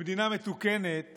במדינה מתוקנת